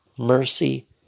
mercy